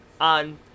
on